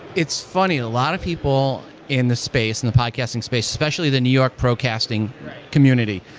it's funny. a lot of people in the space, in the podcasting space, especially the new york pro-casting community,